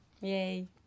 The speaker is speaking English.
Yay